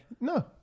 No